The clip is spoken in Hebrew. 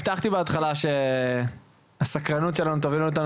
הבטחתי בהתחלה שהסקרנות שלנו תוביל אותנו